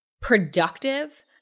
productive